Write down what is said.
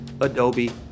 Adobe